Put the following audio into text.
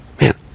man